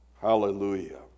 Hallelujah